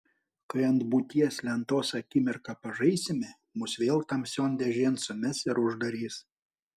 kai ant būties lentos akimirką pažaisime mus vėl tamsion dėžėn sumes ir uždarys